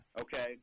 okay